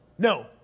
No